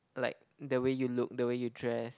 like the way you look the way you dress